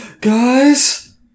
Guys